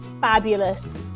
fabulous